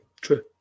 True